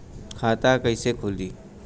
खाता कईसे खुली?